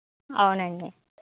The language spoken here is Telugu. అవునండి